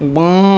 বাঁ